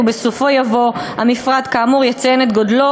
ובסופו יבוא: "המפרט כאמור יציין את גודלו